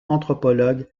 anthropologue